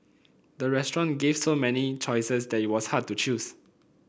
the restaurant gave so many choices that it was hard to choose